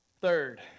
third